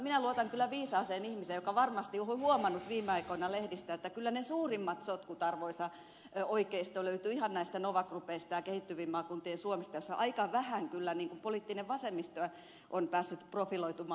minä luotan kyllä viisaaseen ihmiseen joka varmasti on huomannut viime aikoina lehdistä että kyllä ne suurimmat sotkut arvoisa oikeisto löytyvät ihan näistä nova groupeista ja kehittyvien maakuntien suomesta joissa aika vähän kyllä poliittinen vasemmisto on päässyt profiloitumaan